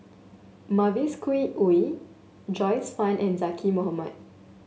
Mavis Khoo Oei Joyce Fan and Zaqy Mohamad